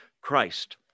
christ